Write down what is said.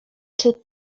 czy